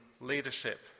leadership